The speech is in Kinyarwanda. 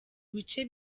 bice